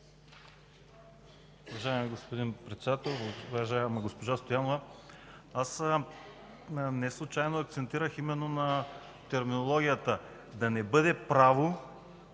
Уважаеми господин Председател, уважаема госпожо Стоянова! Неслучайно акцентирах върху терминологията – да не бъде право